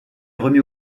remis